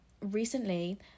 recently